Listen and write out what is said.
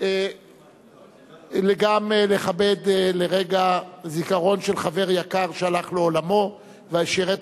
גם לכבד רגע זיכרון של חבר יקר ששירת